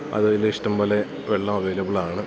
അതേൽ ഇഷ്ടംപോലെ വെള്ളം അവൈലബിളാണ്